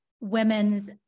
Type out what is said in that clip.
women's